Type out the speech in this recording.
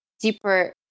deeper